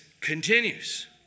continues